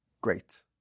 great